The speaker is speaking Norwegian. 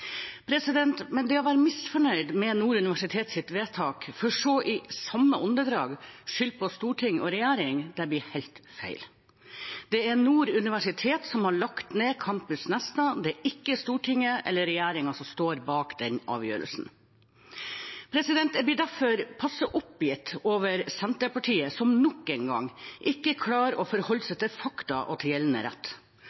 det omgjort. Det å være misfornøyd med Nord universitetsvedtak for så i samme åndedrag skylde på storting og regjering blir helt feil. Det er Nord universitet som har lagt ned Campus Nesna, det er ikke Stortinget eller regjeringen som står bak den avgjørelsen. Jeg blir derfor passe oppgitt over Senterpartiet, som nok en gang ikke klarer å forholde